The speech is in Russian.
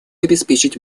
обеспечить